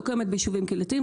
לא קיימת ביישובים קהילתיים.